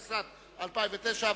התשס"ט 2009,